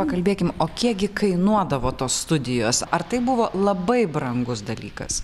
pakalbėkim o kiek gi kainuodavo tos studijos ar tai buvo labai brangus dalykas